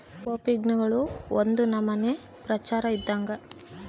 ಕೋಪಿನ್ಗಳು ಒಂದು ನಮನೆ ಪ್ರಚಾರ ಇದ್ದಂಗ